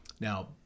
Now